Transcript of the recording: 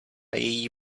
její